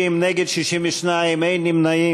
בעד, 50, נגד, 62, אין נמנעים.